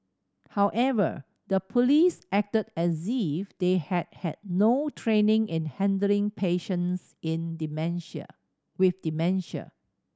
however the police acted as if they had had no training in handling patients in dementia with dementia